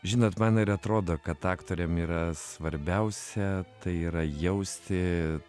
žinot man ir atrodo kad aktoriam yra svarbiausia tai yra jausti